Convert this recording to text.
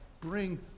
bring